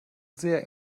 sehr